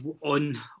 on